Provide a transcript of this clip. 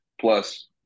plus